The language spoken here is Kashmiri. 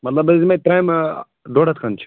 مطلب حظ یِمَے تَرٛامہِ ٲں ڈۄڈ ہتھ کھنٛڈ چھِ